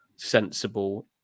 Sensible